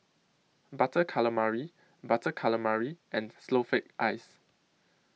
Butter Calamari Butter Calamari and Snowflake Ice